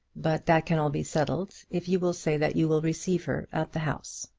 but that can all be settled if you will say that you will receive her at the house.